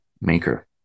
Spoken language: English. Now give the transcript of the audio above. maker